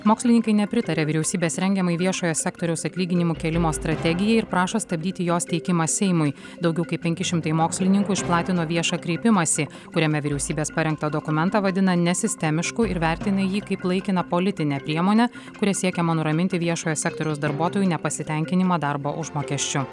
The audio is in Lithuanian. mokslininkai nepritaria vyriausybės rengiamai viešojo sektoriaus atlyginimų kėlimo strategijai ir prašo stabdyti jos teikimą seimui daugiau kaip penki šimtai mokslininkų išplatino viešą kreipimąsi kuriame vyriausybės parengtą dokumentą vadina nesistemišku ir vertina jį kaip laikiną politinę priemonę kuria siekiama nuraminti viešojo sektoriaus darbuotojų nepasitenkinimą darbo užmokesčiu